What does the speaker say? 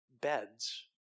beds